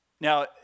Now